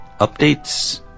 updates